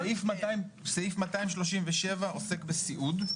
סעיף 237 עוסק בסיעוד.